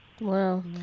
Wow